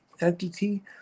entity